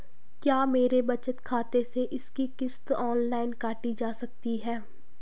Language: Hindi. क्या मेरे बचत खाते से इसकी किश्त ऑनलाइन काटी जा सकती है?